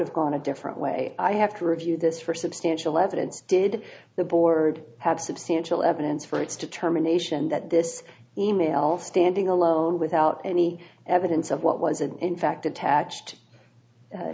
have gone a different way i have to review this for substantial evidence did the board have substantial evidence for its determination that this e mail standing alone without any evidence of what was and in fact attached